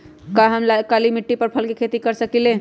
का हम काली मिट्टी पर फल के खेती कर सकिले?